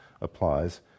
applies